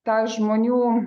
tą žmonių